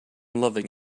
loving